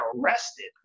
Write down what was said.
arrested